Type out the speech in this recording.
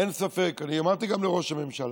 אין ספק, אני אמרתי גם לראש הממשלה: